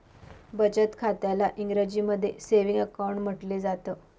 बचत खात्याला इंग्रजीमध्ये सेविंग अकाउंट म्हटलं जातं